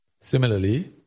Similarly